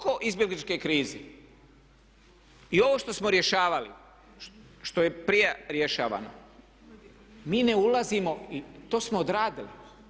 Znači, oko izbjegličke krize i ovo što smo rješavali, što je prije rješavano mi ne ulazimo i to smo odradili.